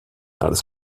alles